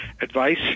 advice